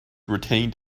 retained